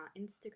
Instagram